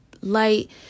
light